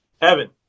Evan